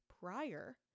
prior